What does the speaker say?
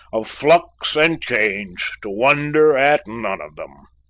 of flux and change, to wonder at none of them.